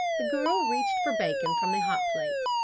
the girl reached for bacon from the hot plate.